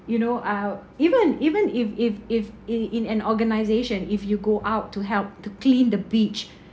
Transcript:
you know I'll even even if if if in in an organisation if you go out to help to clean the beach